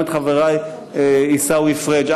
עיסאווי פריג',